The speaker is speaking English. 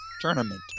Tournament